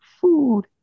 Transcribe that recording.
Food